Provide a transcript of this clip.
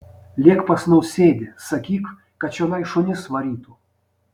lėk pas nausėdį sakyk kad čionai šunis varytų